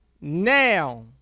now